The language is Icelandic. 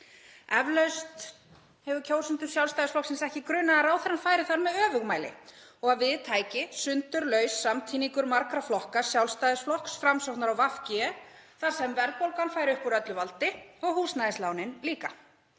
Eflaust hefur kjósendur Sjálfstæðisflokksins ekki grunað að ráðherrann færi með öfugmæli og að við tæki sundurlaus samtíningur margra flokka, Sjálfstæðisflokks, Framsóknar og VG, þar sem verðbólga færi upp úr öllu valdi og húsnæðislánin líka.